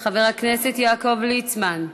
חבר הכנסת יעקב ליצמן,